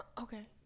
Okay